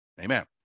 Amen